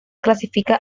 clasifica